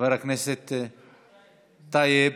חבר הכנסת טייב,